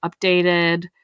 updated